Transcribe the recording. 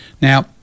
Now